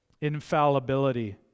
infallibility